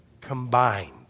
combined